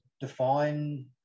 define